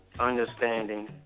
understanding